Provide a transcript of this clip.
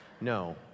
No